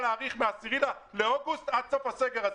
להאריך את התקנות מ-10 באוגוסט ועד סוף הסגר הזה.